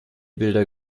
bilder